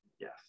Yes